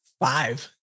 five